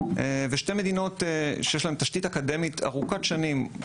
ושתי מדינות שיש להן תשתית אקדמית ארוכת שנים,